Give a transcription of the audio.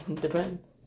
Depends